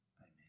amen